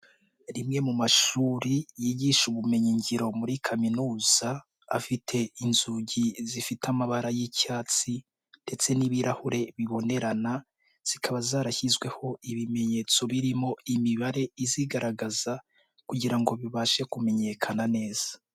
Rimwe mu mashuri yigisha ubumenyingiro muri kaminuza, afite inzugi zifite amabara y'icyatsi ndetse n'ibirahure bibonerana, zikaba zarashyizweho ibimenyetso birimo imibare izigaragaza kugira ngo bibashe kumenyekana neza.